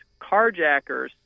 carjackers